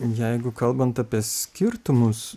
jeigu kalbant apie skirtumus